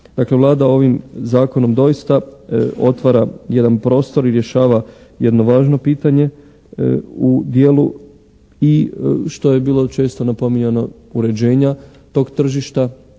Vlada ovim zakonom doista otvara jedan prostor i rješava jedno važno pitanje u dijelu i što je bilo često napominjano uređenja tog tržišta,